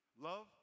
love